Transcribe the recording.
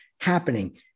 happening